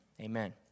amen